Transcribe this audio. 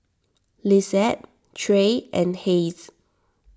Lisette Trey and Hayes